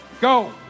go